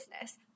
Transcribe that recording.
business